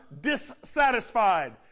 dissatisfied